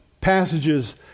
passages